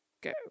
go